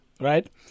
right